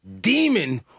demon